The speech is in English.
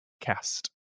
cast